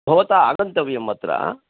भवता आगन्तव्यमत्र